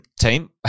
team